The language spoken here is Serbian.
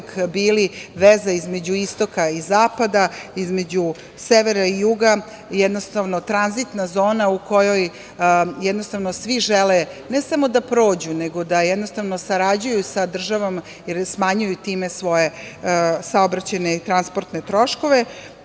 bili, veza između istoka i zapada, između severa i juga, jednostavno tranzitna zona u kojoj svi žele ne samo da prođu, nego da jednostavno sarađuju sa državama jer smanjuju time svoje saobraćajne i transportne troškove,